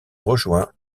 rejoint